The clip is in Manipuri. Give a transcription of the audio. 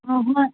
ꯑꯥ ꯍꯣꯏ